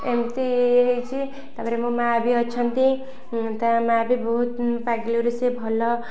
ଏମିତି ହେଇଛି ତା'ପରେ ମୋ ମାଆ ବି ଅଛନ୍ତି ତା ମାଆ ବି ବହୁତ ପାଗେଳିରୁ ସେ ଭଲ